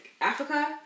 Africa